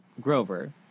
Grover